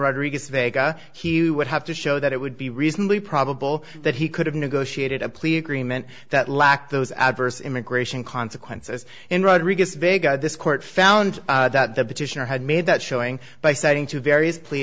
rodriguez vega he would have to show that it would be reasonably probable that he could have negotiated a plea agreement that lack those adverse immigration consequences in rodrigues bay got this court found that the petitioner had made that showing by starting to various plea